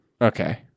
Okay